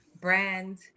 brand